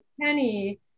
Penny